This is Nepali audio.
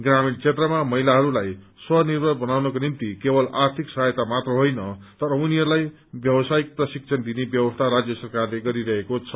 ग्रामीणक्षेत्रमा महिलाहरूलाई स्व निर्भर बनाउनको निम्ति केवल आर्थिक सहायता मात्र होइन तर उनीहरूलाई व्यवसायिक प्रशिक्षण दिने व्यवस्था राज्य सरकारले गरिरहेको छ